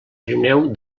trineu